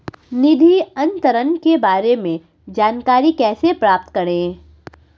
निधि अंतरण के बारे में जानकारी कैसे प्राप्त करें?